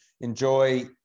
enjoy